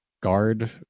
guard-